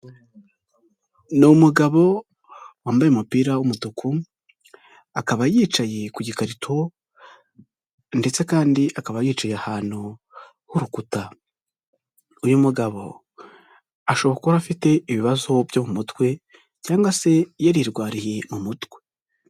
Ni umugabo wambaye umupira w'umutuku akaba yicaye ku gikarito ndetse kandi akaba yicaye ahantu ku rukuta, uyu mugabo ashobora kuba afite ibibazo byo mu mutwe cyangwa se yarirwariye umutwe.